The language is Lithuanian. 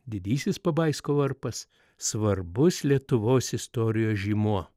didysis pabaisko varpas svarbus lietuvos istorijos žymuo